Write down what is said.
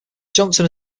johnson